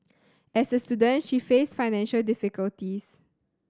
as a student she faced financial difficulties